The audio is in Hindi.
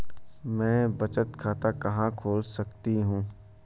मैं बचत खाता कहां खोल सकती हूँ?